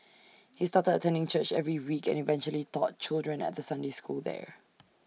he started attending church every week and eventually taught children at the Sunday school there